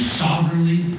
sovereignly